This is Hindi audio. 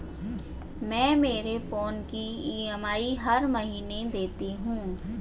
मैं मेरे फोन की ई.एम.आई हर महीने देती हूँ